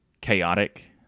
chaotic